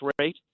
rate